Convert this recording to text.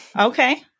Okay